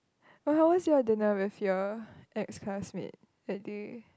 oh how was your dinner with your ex classmate that day